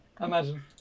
Imagine